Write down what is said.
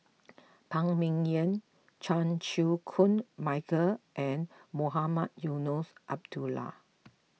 Phan Ming Yen Chan Chew Koon Michael and Mohamed Eunos Abdullah